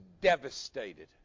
devastated